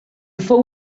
fou